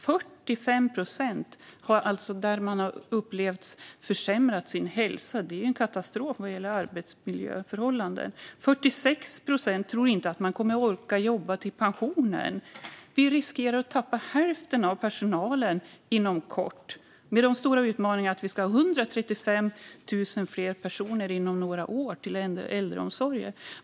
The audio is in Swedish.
45 procent upplever alltså att deras hälsa har försämrats - det är en katastrof när det gäller arbetsmiljöförhållanden! 46 procent tror inte att man kommer att orka jobba till pensionen. Vi riskerar att tappa hälften av personalen inom kort, och detta med den stora utmaningen att vi inom några år kommer att behöva 135 000 fler personer i äldreomsorgen.